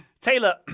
Taylor